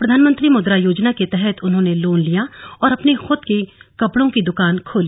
प्रधानमंत्री मुद्रा योजना के तहत उन्होंने लोन लिया और अपनी खुद की कपड़ों की दुकान खोली